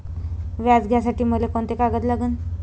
व्याज घ्यासाठी मले कोंते कागद लागन?